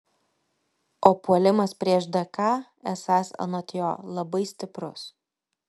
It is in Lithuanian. o puolimas prieš dk esąs anot jo labai stiprus